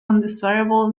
undesirable